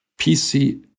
PC